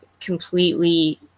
completely